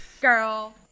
Girl